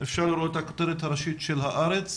אפשר לראות את הכותרת הראשית של הארץ